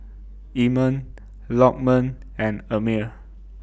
Iman Lokman and Ammir